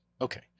okay